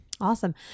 Awesome